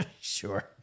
Sure